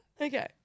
Okay